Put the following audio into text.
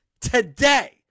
Today